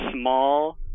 small